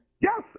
Yes